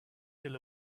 till